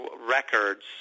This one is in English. records